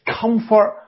comfort